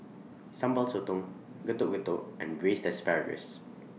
Sambal Sotong Getuk Getuk and Braised Asparagus